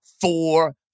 four